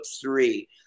three